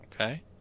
Okay